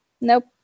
Nope